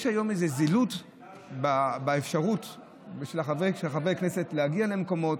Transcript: יש היום איזו זילות באפשרות של חברי כנסת להגיע למקומות.